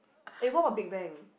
eh what about Big-Bang